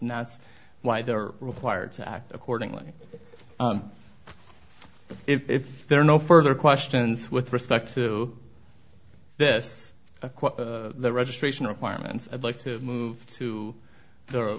and that's why they're required to act accordingly if there are no further questions with respect to this the registration requirements i'd like to move to the